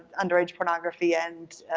underage pornography and,